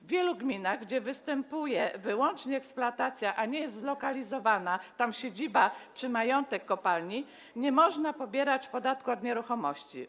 W wielu gminach, gdzie występuje wyłącznie eksploatacja, a nie są zlokalizowane siedziba czy majątek kopalni, nie można pobierać podatku od nieruchomości.